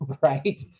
Right